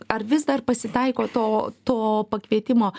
ar vis dar pasitaiko to to pakvietimo